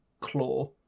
Claw